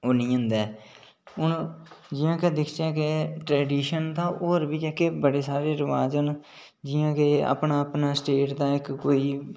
ओह् निं होंदा ऐ हून दिखचै के ट्रडीशन तां होर बी जेह्के बड़े सारे रवाज़ न तां जि'यां कि अपना अपना स्टेट दा जि'यां इक्क कोई